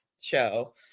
show